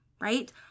right